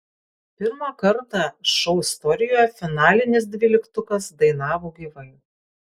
pirmą kartą šou istorijoje finalinis dvyliktukas dainavo gyvai